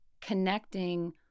connecting